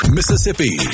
Mississippi